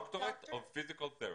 דוקטורט אוף פיזיקל תרפי.